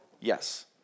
Yes